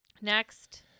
Next